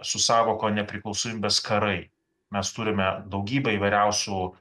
su sąvoka nepriklausomybės karai mes turime daugybę įvairiausių